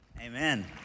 amen